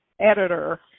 editor